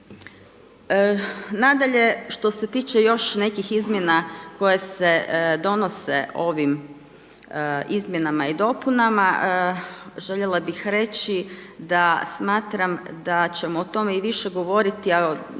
Nadalje, što se tiče još nekih izmjena koje se donose ovim izmjenama i dopunama, željela bih reći da smatram da ćemo o tome i više govoriti a